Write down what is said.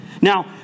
Now